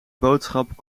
boodschap